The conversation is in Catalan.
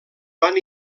van